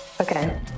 okay